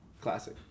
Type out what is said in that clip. Classic